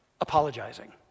apologizing